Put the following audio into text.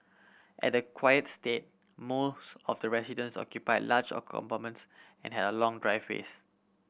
at the quiet estate most of the residence occupied large a compounds and had long driveways